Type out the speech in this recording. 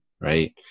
right